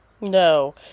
No